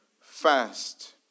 fast